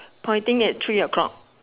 pointing at three o'clock